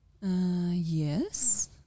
Yes